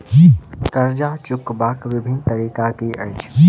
कर्जा चुकबाक बिभिन्न तरीका की अछि?